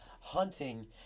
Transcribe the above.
hunting